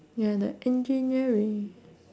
we are the engineering